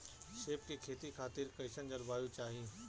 सेब के खेती खातिर कइसन जलवायु चाही?